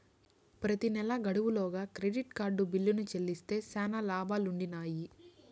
ప్రెతి నెలా గడువు లోగా క్రెడిట్ కార్డు బిల్లుని చెల్లిస్తే శానా లాబాలుండిన్నాయి